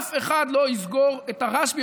אף אחד לא יסגור את הרשב"י.